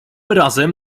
razem